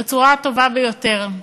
בצורה הטובה ביותר.